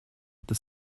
это